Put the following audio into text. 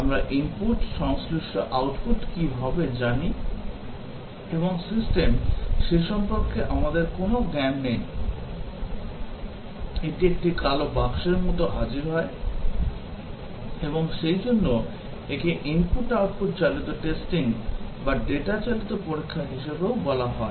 আমরা ইনপুট সংশ্লিষ্ট আউটপুট কী হবে জানি এবং সিস্টেম সে সম্পর্কে আমাদের কোন জ্ঞান নেই এটি একটি কালো বাক্সের মতো হাজির হয় এবং সেইজন্য একে ইনপুট আউটপুট চালিত টেস্টিং বা ডেটা চালিত পরীক্ষা হিসাবেও বলা হয়